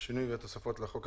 (שינוי התוספת לחוק),